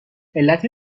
علت